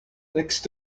next